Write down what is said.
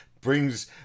brings